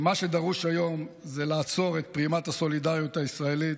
מה שדרוש היום זה לעצור את פרימת הסולידריות הישראלית,